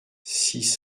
six